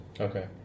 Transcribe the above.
Okay